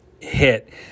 hit –